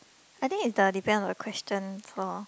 I think it's the depend on the question loh